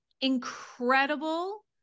incredible